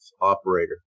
operator